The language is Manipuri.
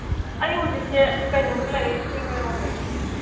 ꯑꯩ ꯍꯧꯖꯤꯛꯁꯦ ꯀꯩꯅꯣꯗ ꯂꯩꯌꯦ ꯆꯤꯡꯃꯩꯔꯣꯡꯗ